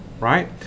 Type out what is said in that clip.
right